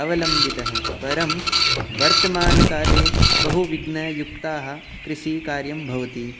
अवलम्बितः परं वर्तमानकाले बहुविघ्नयुक्ताः कृषिकार्यं भवति